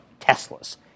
Teslas